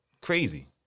crazy